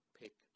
pick